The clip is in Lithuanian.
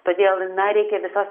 todėl na reikia visad